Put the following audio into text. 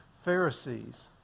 Pharisees